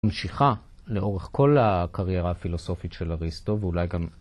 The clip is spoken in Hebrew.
המשיכה לאורך כל הקריירה הפילוסופית של אריסטו ואולי גם